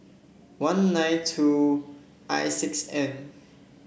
one nine two I six N